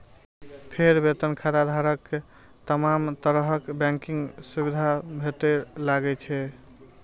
फेर वेतन खाताधारक कें तमाम तरहक बैंकिंग सुविधा भेटय लागै छै